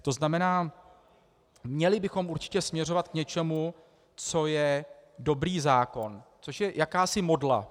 To znamená, měli bychom určitě směřovat k něčemu, co je dobrý zákon, což je jakási modla.